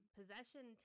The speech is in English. possession